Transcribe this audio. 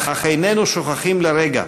אך איננו שוכחים לרגע,